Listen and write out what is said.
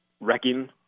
wrecking